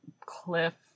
cliff